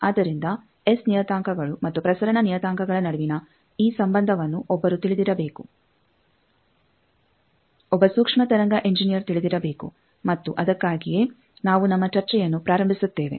ಆದ್ದರಿಂದ ಎಸ್ ನಿಯತಾಂಕಗಳು ಮತ್ತು ಪ್ರಸರಣ ನಿಯತಾಂಕಗಳ ನಡುವಿನ ಈ ಸಂಬಂಧವನ್ನು ಒಬ್ಬರು ತಿಳಿದಿರಬೇಕು ಒಬ್ಬ ಸೂಕ್ಷ್ಮತರಂಗ ಇಂಜಿನಿಯರ್ ತಿಳಿದಿರಬೇಕು ಮತ್ತು ಆದಕ್ಕಾಗಿಯೇ ನಾವು ನಮ್ಮ ಚರ್ಚೆಯನ್ನು ಪ್ರಾರಂಭಿಸುತ್ತೇವೆ